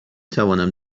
توانم